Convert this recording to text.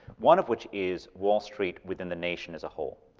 one of which is, wall street within the nation as a whole.